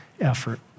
effort